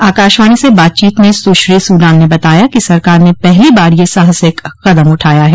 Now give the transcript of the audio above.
आकाशवाणी से बातचीत में सुश्री सूडान ने बताया कि सरकार ने पहली बार यह साहसिक कदम उठाया है